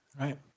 Right